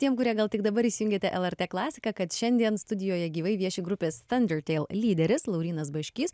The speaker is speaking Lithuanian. tiem kurie gal tik dabar įsijungėte lrt klasiką kad šiandien studijoje gyvai vieši grupės thundertale lyderis laurynas baškys